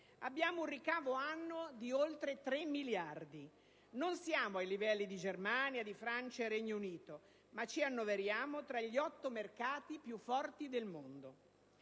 Abbiamo un ricavo annuo di oltre 3 miliardi. Non siamo ai livelli di Germania, Francia e Regno Unito, ma ci annoveriamo fra gli otto mercati più forti al mondo.